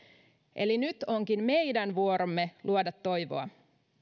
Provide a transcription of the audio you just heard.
eli nyt onkin meidän vuoromme luoda toivoa